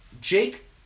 Jake